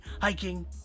hiking